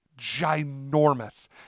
ginormous